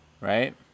Right